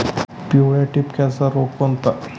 पिवळ्या ठिपक्याचा रोग कोणता?